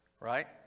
right